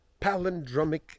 palindromic